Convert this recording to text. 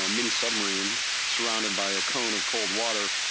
um mini-submarine surrounded by a cone of cold water.